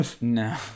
no